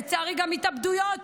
ולצערי גם התאבדויות